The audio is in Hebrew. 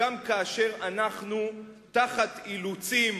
גם כאשר אנחנו תחת אילוצים,